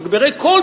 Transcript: מגבירי קול,